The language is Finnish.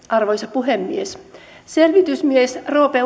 arvoisa puhemies selvitysmies roope